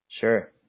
sure